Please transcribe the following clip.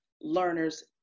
learners